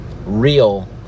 real